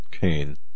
Cain